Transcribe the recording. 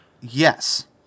Yes